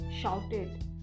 shouted